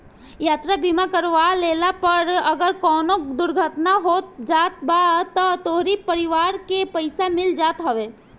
यात्रा बीमा करवा लेहला पअ अगर कवनो दुर्घटना हो जात बा तअ तोहरी परिवार के पईसा मिल जात हवे